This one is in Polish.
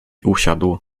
usiadł